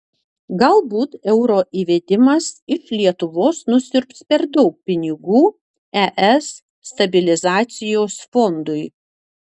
galbūt euro įvedimas iš lietuvos nusiurbs per daug pinigų es stabilizacijos fondui